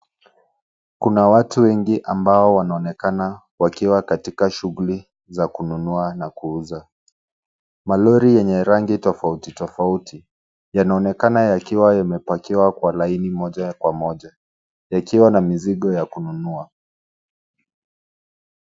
Kuna watu wengi ambao wanaonekana wakiwa katika shughuli za kununua na kuuza. Malori yenye rangi tofauti tofauti yanaonekana yakiwa yamepakiwa kwa laini moja kwa moja, likiwa na mizigo ya kununua.